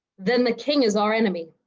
then the king is our enemy.